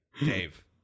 Dave